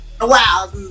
wow